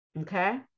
okay